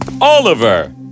Oliver